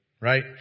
Right